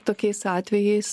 tokiais atvejais